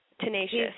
tenacious